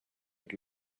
had